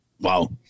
Wow